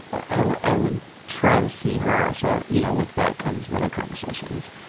i would try to see her, so, you know, with that comes little conversations,